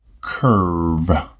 Curve